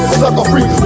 sucker-free